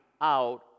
out